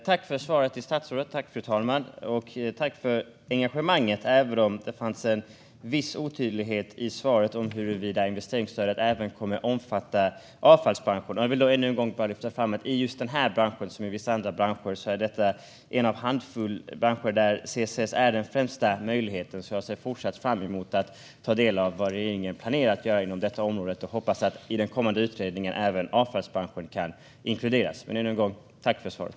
Fru talman! Jag tackar statsrådet för svaret, och jag tackar för engagemanget - även om det fanns viss otydlighet i svaret gällande om investeringsstödet även kommer att omfatta avfallsbranschen. Jag vill än en gång lyfta fram att just denna bransch är en av en handfull branscher där CCS är den främsta möjligheten. Jag ser därför fortsatt fram emot att ta del av vad regeringen planerar att göra på detta område. Jag hoppas också att även avfallsbranschen kan inkluderas i den kommande utredningen. Jag tackar än en gång för svaret.